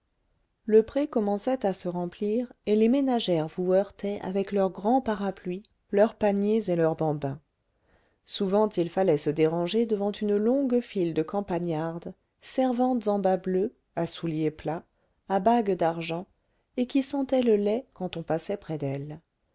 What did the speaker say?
le pré commençait à se remplir et les ménagères vous heurtaient avec leurs grands parapluies leurs paniers et leurs bambins souvent il fallait se déranger devant une longue file de campagnardes servantes en bas bleus à souliers plats à bagues d'argent et qui sentaient le lait quand on passait près d'elles